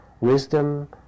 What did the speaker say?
wisdom